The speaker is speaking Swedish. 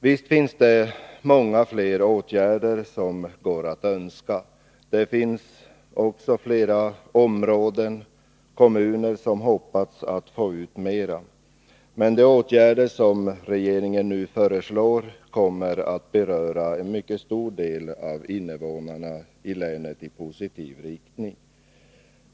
Visst kan man önska många fler åtgärder och visst finns det områden och kommuner som hoppats få ut mera, men de åtgärder som regeringen nu föreslår kommer att på ett positivt sätt beröra en mycket stor del av innevånarna i länet.